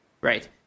Right